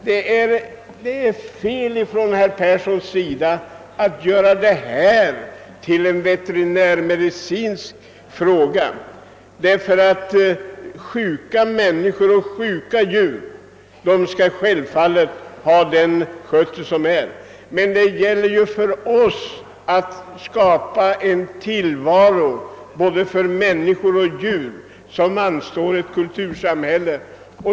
Det är fel av herr Persson att göra detta till en veterinärmedicinsk fråga. Sjuka djur skall liksom sjuka människor ha den skötsel de behöver. Men det gäller också för. oss att skapa den tillvaro både för människor och djur som det anstår ett kultursamhälle.